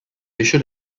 issued